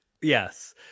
Yes